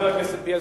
חבר הכנסת בילסקי,